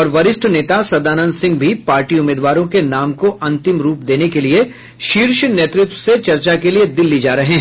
और वरिष्ठ नेता सदानंद सिंह भी पार्टी उम्मीदवारों के नाम को अंतिम रूप देने के लिए शीर्ष नेतृत्व से चर्चा के लिए दिल्ली जा रहे हैं